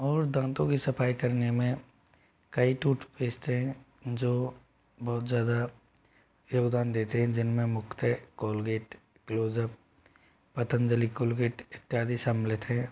और दाँतो की सफाई करने में कई टूथपेस्ट हैं जो बहुत ज़्यादा योगदान देते हैं जिनमें मुख्यतः कॉलगेट क्लोजअप पतंजलि कोलगेट इत्यादि सम्मलित हैं